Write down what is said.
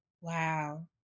Wow